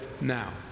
now